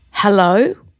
Hello